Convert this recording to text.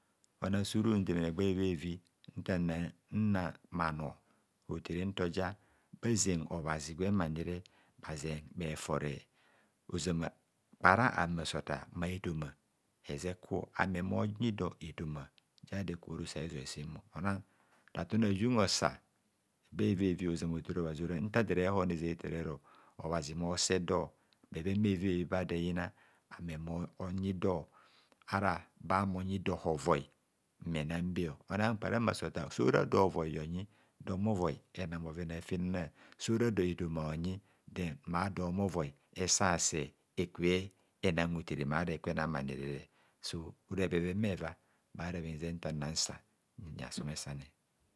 Ona surun demene egba evi evi ntannan bhanor otere ntoja bhaze obhazi gwem anire bhazen bhefore ozam kpara ame ase otar efoma ejeku ame monyidor etoma ja do eku bha roso a'zoi sem ona ra ton a'jum osa bha egbe vi vi ora ntador ere hono ezeta ero obhazi mo se dor, bhevenbhevibhevi ba do eyina ame monyidor ara ba me onyidor hovoi mmenambe kpara awe ase ofar, so ra dor hovoi onyi dor homovoi enan bhovena afenana, so ra do etoma onyi den ma do homovoi esase ena hotere kwa do eke nam anire, so ra bheven bheva anum nnansa nyi osomesane.